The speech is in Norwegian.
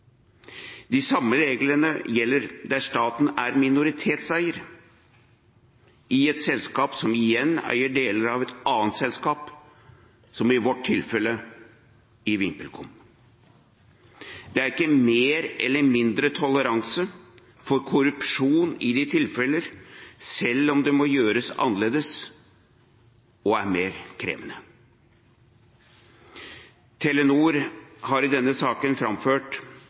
De samme reglene gjelder der staten er minoritetseier i et selskap som igjen eier deler av et annet selskap, som i vårt tilfelle med VimpelCom. Det er ikke mer eller mindre toleranse for korrupsjon i de tilfeller, selv om det må gjøres annerledes og er mer krevende. Telenor har i denne saken framført